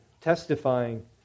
testifying